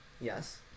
yes